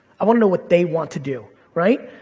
i want to know what they want to do, right?